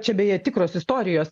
čia beje tikros istorijos